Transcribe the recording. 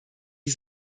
die